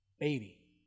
baby